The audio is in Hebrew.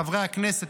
חברי הכנסת,